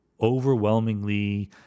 overwhelmingly